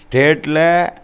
ஸ்டேட்டில்